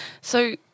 So-